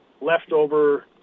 leftover